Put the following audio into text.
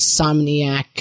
insomniac